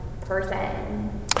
person